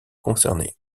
concernés